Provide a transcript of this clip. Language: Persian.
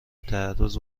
تعرض